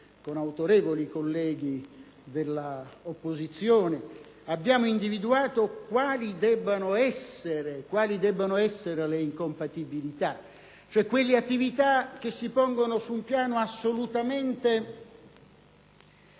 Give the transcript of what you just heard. con autorevoli colleghi dell'opposizione e abbiamo individuato quali debbano essere le incompatibilità, cioè quelle attività che si pongono su un piano assolutamente